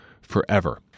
forever